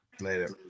later